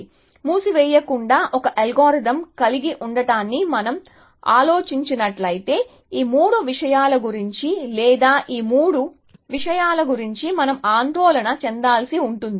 కాబట్టి మూసివేయకుండా ఒక అల్గోరిథం కలిగి ఉండటాన్ని మనం ఆలోచించబోతున్నట్లయితే ఈ మూడు విషయాల గురించి లేదా ఈ మూడు విషయాల గురించి మనం ఆందోళన చెందాల్సి ఉంటుంది